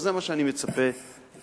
אז זה מה שאני מצפה שיילמד.